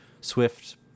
Swift